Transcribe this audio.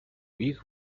ich